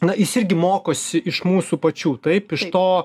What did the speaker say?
na jis irgi mokosi iš mūsų pačių taip iš to